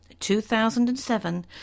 2007